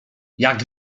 jak